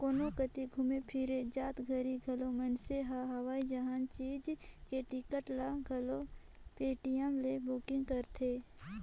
कोनो कति घुमे फिरे जात घरी घलो मइनसे हर हवाई जइसन चीच के टिकट ल घलो पटीएम ले बुकिग करथे